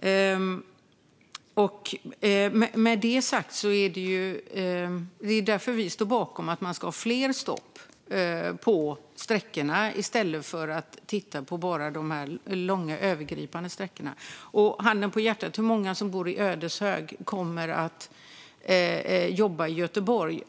Det är därför vi står bakom att ha fler stopp på sträckorna i stället för att bara titta på de långa, övergripande sträckorna. Handen på hjärtat - hur många som bor i Ödeshög kommer att jobba i Göteborg?